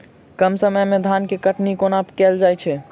कम समय मे धान केँ कटनी कोना कैल जाय छै?